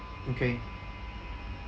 okay